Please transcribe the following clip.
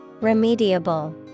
Remediable